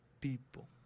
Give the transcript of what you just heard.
people